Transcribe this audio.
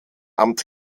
amt